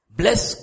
bless